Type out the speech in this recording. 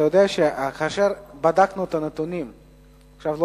אתה יודע שכאשר בדקנו את הנתונים על התיירות שהגיעה למדינת ישראל,